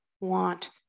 want